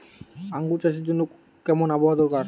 আঙ্গুর চাষের জন্য কেমন আবহাওয়া দরকার?